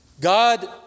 God